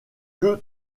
que